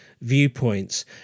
viewpoints